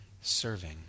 serving